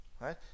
right